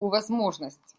возможность